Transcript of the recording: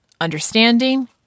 understanding